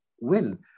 win